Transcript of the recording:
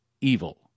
evil